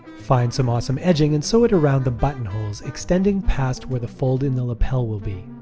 find some awesome edging and sew it around the buttonholes, extending past where the fold in the lapel will be.